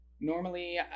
Normally